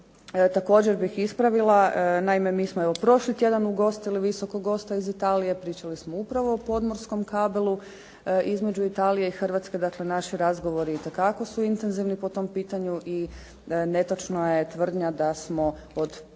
također bih ispravila mi smo prošli tjedan ugostili visokog gosta iz Italije, pričali smo upravo o podmorskom kabelu između Italije i Hrvatske, naši razgovori itekako su intenzivni po tom pitanju i netočna je tvrdnja da smo od